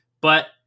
But-